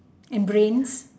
and brains